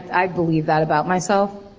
i believe that about myself.